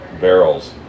barrels